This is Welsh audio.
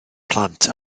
plant